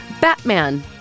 Batman